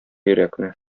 йөрәкне